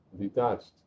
detached